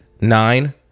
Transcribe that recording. nine